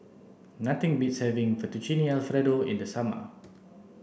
nothing beats having Fettuccine Alfredo in the summer